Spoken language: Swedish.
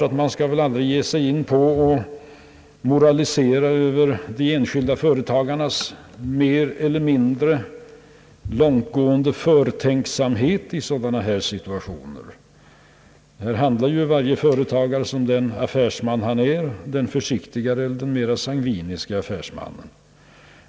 Det är klart att vi aldrig bör moralisera över de enskilda företagarnas mer eller mindre långtgående förtänksamhet i sådana situationer. Här handlar ju varje företagare som den affärsman han är — den försiktigare eller den mer sangviniska affärsmannen.